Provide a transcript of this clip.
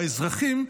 האזרחים,